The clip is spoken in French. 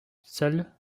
seule